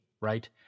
Right